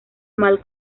mal